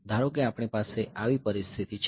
ધારો કે આપણી પાસે આવી પરિસ્થિતિ છે